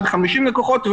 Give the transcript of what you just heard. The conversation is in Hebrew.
עד 50 לקוחות,